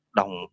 đồng